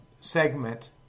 segment